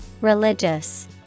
Religious